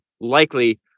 likely